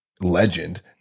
legend